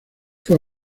fue